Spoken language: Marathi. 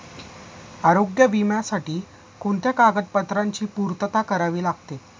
आरोग्य विम्यासाठी कोणत्या कागदपत्रांची पूर्तता करावी लागते?